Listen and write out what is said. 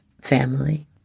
family